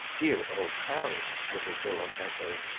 dear old paris! little bilham echoed.